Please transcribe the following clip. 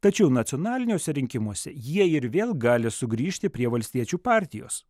tačiau nacionaliniuose rinkimuose jie ir vėl gali sugrįžti prie valstiečių partijos